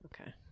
Okay